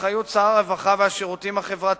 באחריות שר הרווחה והשירותים החברתיים,